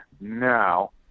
now